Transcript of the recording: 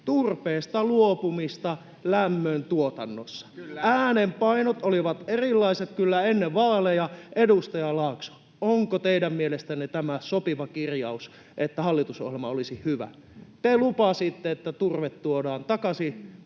turpeesta luopumista lämmöntuotannossa? Äänenpainot olivat kyllä erilaiset ennen vaaleja. Edustaja Laakso, onko teidän mielestänne tämä sopiva kirjaus, että hallitusohjelma olisi hyvä? Te lupasitte, että turve tuodaan takaisin,